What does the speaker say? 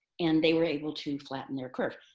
and they were able to flatten their curve.